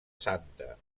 santa